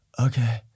okay